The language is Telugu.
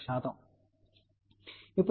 1